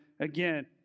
again